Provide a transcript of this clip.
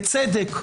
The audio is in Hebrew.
בצדק,